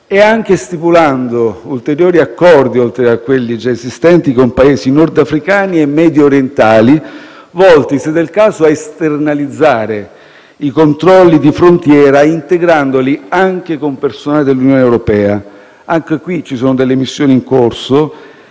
anche stipulando ulteriori accordi, oltre a quelli già esistenti, con Paesi nordafricani e mediorientali, volti se del caso a esternalizzare i controlli di frontiera, integrandoli anche con personale dell'Unione europea. Anche in questo caso vi sono missioni in corso,